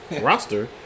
roster